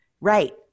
right